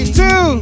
two